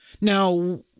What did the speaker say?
Now